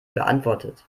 beantwortet